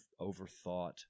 overthought